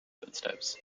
footsteps